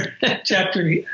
chapter